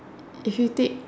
give you tip